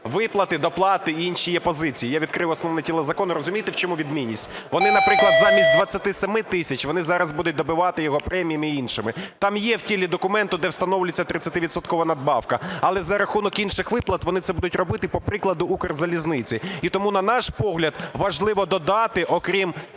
виплати, доплати і інші є позиції, я відкрив основне тіло закону. Розумієте, в чому відмінність? Вони, наприклад, замість 27 тисяч, вони зараз будуть добивати його преміями і іншим. Там є в тілі документу, де встановлюється 30-відсоткова надбавка, але за рахунок інших виплат вони це будуть робити по прикладу "Укрзалізниці" і тому, на наш погляд, важливо додати, окрім